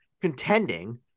contending